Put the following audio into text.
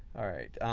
alright.